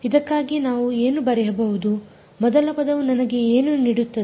ಇದಕ್ಕಾಗಿ ನಾನು ಏನು ಬರೆಯಬಹುದು ಮೊದಲ ಪದವು ನನಗೆ ಏನು ನೀಡುತ್ತದೆ